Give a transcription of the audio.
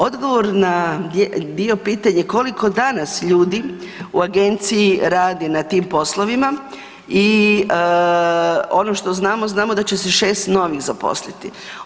Odgovor na dio pitanje koliko danas ljudi u Agenciji radi na tim poslovima i ono što znamo, znamo da će se 6 novih zaposliti.